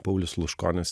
paulius sluškonis